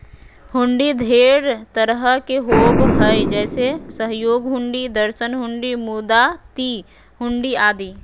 हुंडी ढेर तरह के होबो हय जैसे सहयोग हुंडी, दर्शन हुंडी, मुदात्ती हुंडी आदि